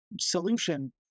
solution